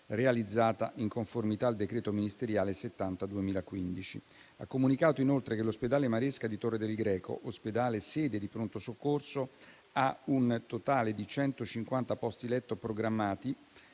realizzata in conformità al decreto ministeriale n. 70 del 2015. Ha comunicato inoltre che l'ospedale Agostino Maresca di Torre del Greco, sede di pronto soccorso, ha un totale di 150 posti letto programmati